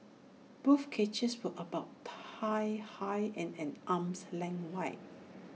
both cages were about thigh high and an arm's length wide